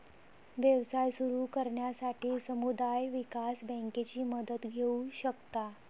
व्यवसाय सुरू करण्यासाठी समुदाय विकास बँकेची मदत घेऊ शकता